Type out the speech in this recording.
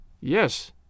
Yes